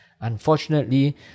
Unfortunately